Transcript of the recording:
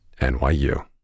NYU